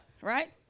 right